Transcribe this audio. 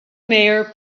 mayor